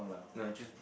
no I choose